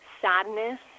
sadness